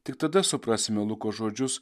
tik tada suprasime luko žodžius